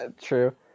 True